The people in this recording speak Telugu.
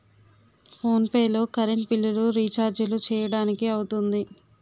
ఫోన్ పే లో కర్రెంట్ బిల్లులు, రిచార్జీలు చేయడానికి అవుతుంది